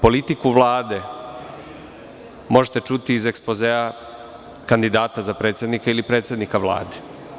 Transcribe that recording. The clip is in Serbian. Politiku Vlade možete čuti iz ekspozea kandidata za predsednika ili predsednika Vlade.